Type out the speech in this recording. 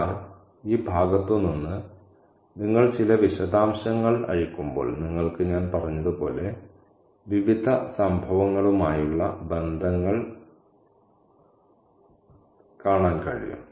എന്നാൽ ഈ ഭാഗത്തുനിന്ന് നിങ്ങൾ ചില വിശദാംശങ്ങൾ അഴിക്കുമ്പോൾ നിങ്ങൾക്ക് ഞാൻ പറഞ്ഞതുപോലെ വിവിധ സംഭവങ്ങളുമായുള്ള ബന്ധങ്ങൾ കാണാൻ കഴിയും